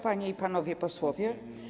Panie i Panowie Posłowie!